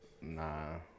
Nah